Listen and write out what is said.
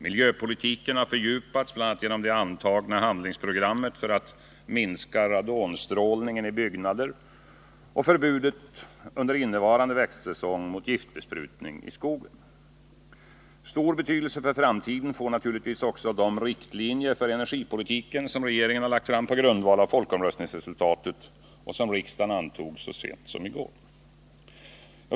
Miljöpolitiken har fördjupats genom bl.a. det antagna handlingsprogrammet för att minska radonstrålningen i byggnader och förbudet under innevarande växtsäsong mot giftbesprutning i skogen. Stor betydelse för framtiden får naturligtvis också de riktlinjer för energipolitiken som regeringen lagt fram på grundval av folkomröstningsresultatet och som riksdagen antog så sent som i går.